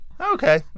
okay